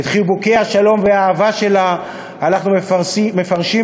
את חיבוקי השלום והאהבה שלה אנחנו מפרשים